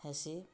ହେସି